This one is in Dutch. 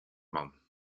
man